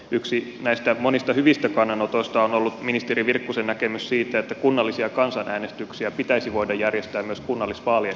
yksi näistä monista hyvistä kannanotoista on ollut ministeri virkkusen näkemys siitä että kunnallisia kansanäänestyksiä pitäisi voida järjestää myös kunnallisvaalien yhtey dessä